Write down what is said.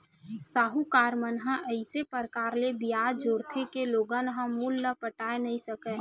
साहूकार मन ह अइसे परकार ले बियाज जोरथे के लोगन ह मूल ल पटाए नइ सकय